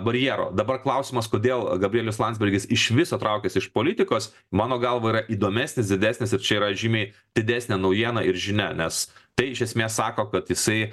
barjero dabar klausimas kodėl gabrielius landsbergis iš viso traukias iš politikos mano galva yra įdomesnis didesnis ir čia yra žymiai didesnė naujiena ir žinia nes tai iš esmės sako kad jisai